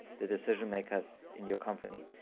the decisions makers in your company.